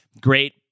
great